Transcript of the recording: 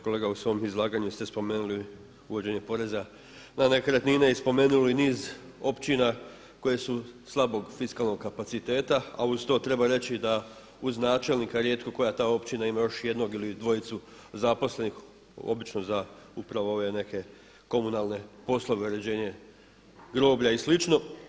Kolega u svom izlaganju ste spomenuli uvođenje poreza na nekretnine i spomenuli niz općina koje su slabog fiskalnog kapaciteta, a uz to treba reći da uz načelnika rijetko koja ta općina ima još jednog ili dvojicu zaposlenih obično za upravo ove neke komunalne poslove, uređenje groblja i slično.